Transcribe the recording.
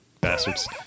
Bastards